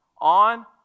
On